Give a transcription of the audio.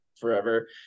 forever